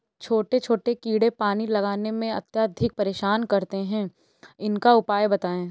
छोटे छोटे कीड़े पानी लगाने में अत्याधिक परेशान करते हैं इनका उपाय बताएं?